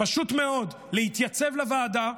פשוט מאוד להתייצב לוועדה,